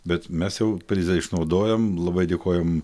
bet mes jau prizą išnaudojom labai dėkojam